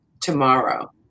tomorrow